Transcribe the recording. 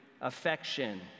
Affection